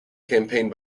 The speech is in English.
campaign